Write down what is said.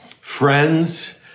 Friends